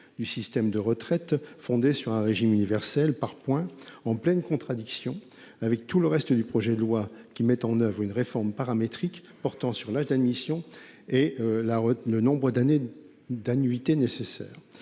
du système de retraite, fondée sur un régime universel par points. Cela entre en pleine contradiction avec le reste du projet de loi, qui met en oeuvre une réforme paramétrique portant sur l'âge d'admission à la retraite et le nombre d'annuités nécessaires.